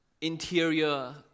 interior